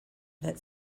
that